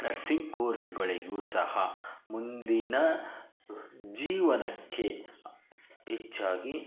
nursing ಕೋರ್ಸ್ಗಳಿಗೂ ಸಹ ಮುಂದಿನ ಜೀವನಕ್ಕೆ ಹೆಚ್ಚಾಗಿ